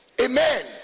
Amen